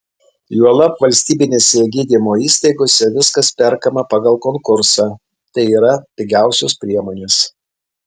juolab valstybinėse gydymo įstaigose viskas perkama pagal konkursą tai yra pigiausios priemonės